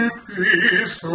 peace